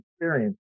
experience